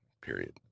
period